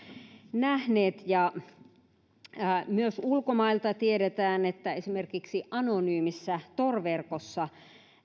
nähneet myös ulkomailta tiedetään että esimerkiksi anonyymissä tor verkossa